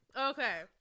Okay